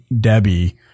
Debbie